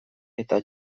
eta